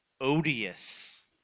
odious